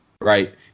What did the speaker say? right